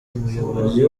umuyobozi